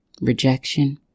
rejection